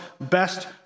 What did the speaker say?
best